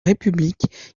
république